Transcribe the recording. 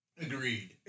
Agreed